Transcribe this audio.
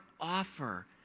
offer